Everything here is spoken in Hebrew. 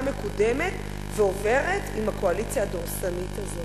מקודמת ועוברת עם הקואליציה הדורסנית הזאת?